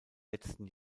letzten